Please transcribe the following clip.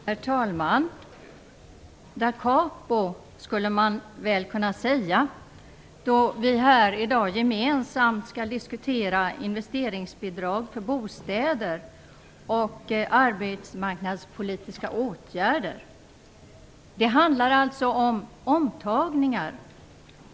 Herr talman! Da capo, skulle man väl kunna säga då vi här i dag gemensamt skall diskutera investeringsbidrag för bostäder och arbetsmarknadspolitiska åtgärder. Det handlar alltså om omtagningar.